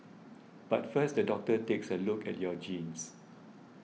but first the doctor takes a look at your genes